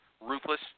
Ruthless